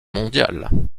mondial